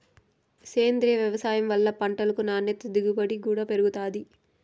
సేంద్రీయ వ్యవసాయం వల్ల పంటలు నాణ్యత దిగుబడి కూడా పెరుగుతాయి